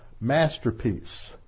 masterpiece